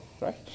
right